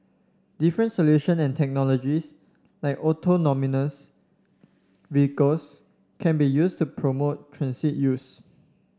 different solutions and technologies like vehicles can be used to promote transit use